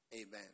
Amen